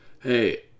hey